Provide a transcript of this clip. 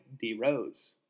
D-Rose